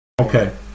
Okay